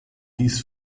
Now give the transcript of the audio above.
dies